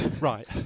Right